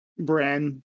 Bren